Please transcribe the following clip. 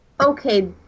okay